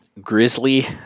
Grizzly